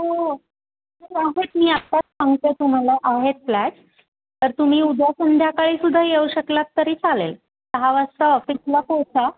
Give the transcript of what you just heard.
हो आहेत मी आताच सांगते तुम्हाला आहेत फ्लॅट तर तुम्ही उद्या संध्याकाळीसुद्धा येऊ शकलात तरी चालेल सहा वाजता ऑफिसला पोहचा